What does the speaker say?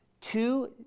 two